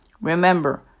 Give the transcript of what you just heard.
Remember